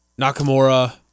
Nakamura